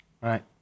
Right